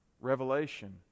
revelation